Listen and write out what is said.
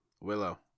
willow